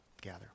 gather